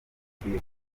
ikwiye